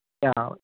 yeah